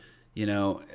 you know,